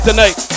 tonight